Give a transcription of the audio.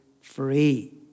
free